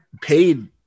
paid